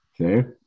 Okay